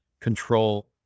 control